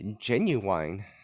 genuine